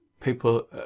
people